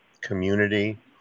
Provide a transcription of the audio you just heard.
community